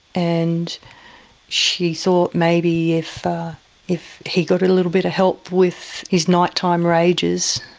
and she thought maybe if if he got a little bit of help with his night-time rages,